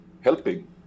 helping